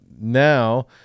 now